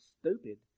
stupid